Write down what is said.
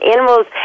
Animals